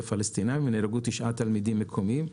של פלסטינאים ונהרגו תשעה תלמידים מקומיים.